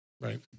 Right